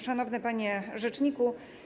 Szanowny Panie Rzeczniku!